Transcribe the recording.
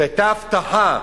שהיתה הבטחה?